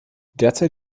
derzeit